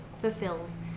fulfills